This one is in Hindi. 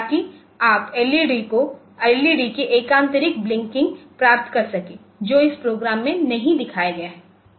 ताकि आप एल ई डी के एकान्तरिक ब्लिंकिंग प्राप्त कर सकें जो इस प्रोग्राम में नहीं दिखाया गया है